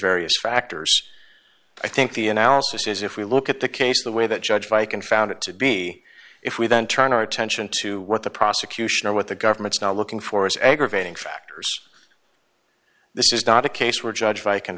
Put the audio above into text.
various factors i think the analysis is if we look at the case the way that judge bike and found it to be if we then turn our attention to what the prosecution or what the government's not looking for as aggravating factors this is not a case were judged by